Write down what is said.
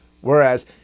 Whereas